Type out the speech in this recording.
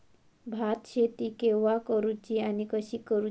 भात शेती केवा करूची आणि कशी करुची?